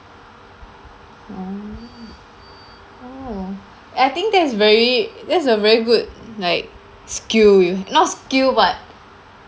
orh oh I think that's very that's a very good like skill you not skill but